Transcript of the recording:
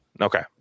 okay